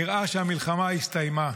נראה שהמלחמה הסתיימה.